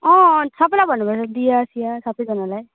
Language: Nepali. अँ सबैलाई भन्नुपर्छ दिया सिया सबैजनालाई